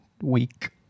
week